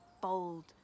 bold